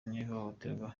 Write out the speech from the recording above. n’ihohoterwa